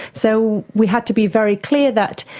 so we had to be very clear that